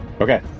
Okay